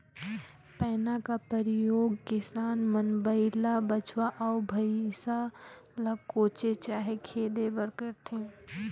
पैना का परियोग किसान मन बइला, बछवा, अउ भइसा ल कोचे चहे खेदे बर करथे